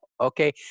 okay